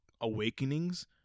awakenings